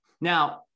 Now